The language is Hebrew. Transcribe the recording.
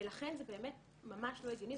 ולכן זה באמת ממש לא הגיוני.